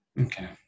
Okay